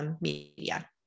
media